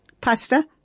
pasta